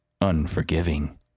unforgiving